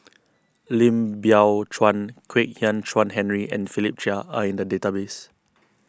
Lim Biow Chuan Kwek Hian Chuan Henry and Philip Chia are in the database